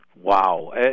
Wow